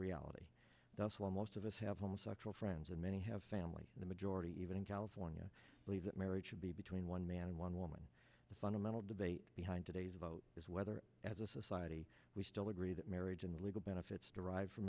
reality does well most of us have homosexual friends and many have family the majority even in california believe that marriage should be between one man one woman the fundamental debate behind today's vote is whether as a society we still agree that marriage and legal benefits derived from